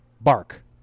bark